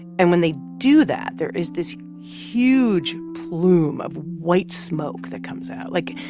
and when they do that, there is this huge plume of white smoke that comes out, like,